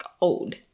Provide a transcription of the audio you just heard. old